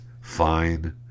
Fine